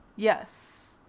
Yes